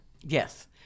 Yes